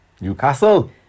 Newcastle